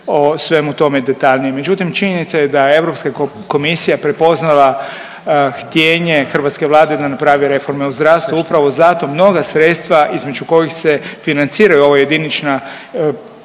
svemu tome detaljnije. Međutim činjenica je da je Europska komisija prepoznala htjenje hrvatske Vlade da napravi reforme u zdravstvu, upravo zato mnoga sredstva između kojih se financira ova jedinična primjena